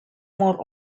more